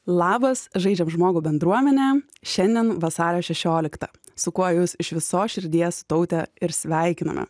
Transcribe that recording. labas žaidžiam žmogų bendruomenė šiandien vasario šešioliktą su kuo jūs iš visos širdies taute ir sveikiname